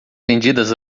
vendidas